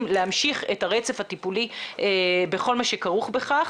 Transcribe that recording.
להמשיך את הרצף הטיפולי בכל מה שכרוך בכך.